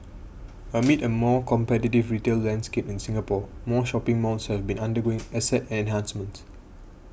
amid a more competitive retail landscape in Singapore more shopping malls have been undergoing asset enhancements